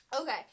Okay